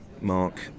Mark